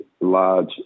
large